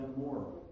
more